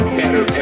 better